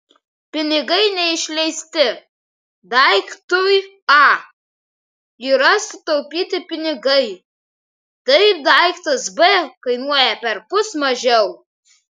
pinigai neišleisti daiktui a yra sutaupyti pinigai taip daiktas b kainuoja perpus mažiau